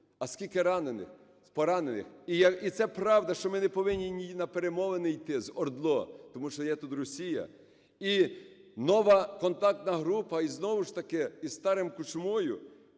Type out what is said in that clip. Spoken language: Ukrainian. А скільки поранених! І це правда, що ми не повинні на перемовини йти з ОРДЛО, тому що є тут Росія. І нова контактна група, і знову ж таки із старим Кучмою,